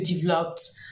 developed